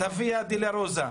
ויה דולורוזה.